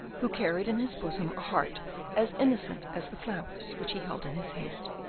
who carried in his bosom a heart as innocent as the flowers which he held in his hand.